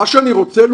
מה שאני רוצה,